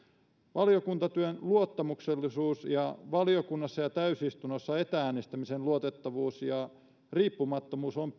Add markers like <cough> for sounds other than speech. valiokuntatyön luottamuksellisuus ja valiokunnassa ja täysistunnossa etä äänestämisen luotettavuus ja riippumattomuus on <unintelligible>